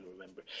remember